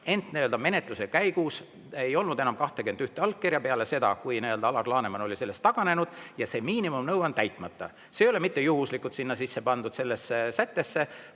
Ent menetluse käigus ei olnud enam 21 allkirja, sest Alar Laneman oli sellest taganenud ja see miinimumnõue on täitmata. See ei ole mitte juhuslikult sisse pandud sellesse sättesse,